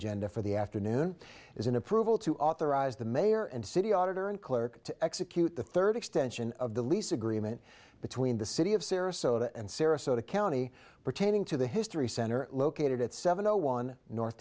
agenda for the afternoon is an approval to authorize the mayor and city auditor and clerk to execute the third extension of the lease agreement between the city of sarasota and sarasota county pertaining to the history center located at seven zero one north